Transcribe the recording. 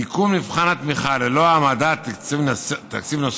תיקון מבחן התמיכה ללא העמדת תקציב נוסף